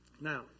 Now